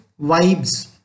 vibes